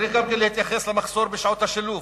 צריך גם להתייחס למחסור בשעות השילוב,